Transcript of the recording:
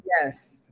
Yes